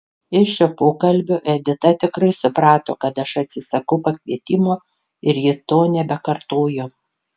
iš šio pokalbio edita tikrai suprato kad aš atsisakau pakvietimo ir ji to nebekartojo